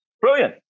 brilliant